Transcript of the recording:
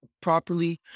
properly